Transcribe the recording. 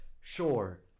sure